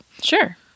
Sure